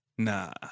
Nah